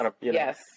Yes